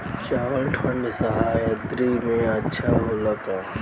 चावल ठंढ सह्याद्री में अच्छा होला का?